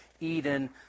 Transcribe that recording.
Eden